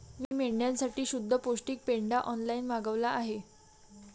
मी मेंढ्यांसाठी शुद्ध पौष्टिक पेंढा ऑनलाईन मागवला आहे